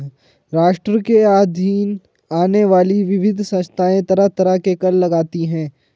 राष्ट्र के अधीन आने वाली विविध संस्थाएँ तरह तरह के कर लगातीं हैं